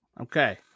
Okay